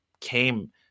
came